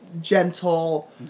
gentle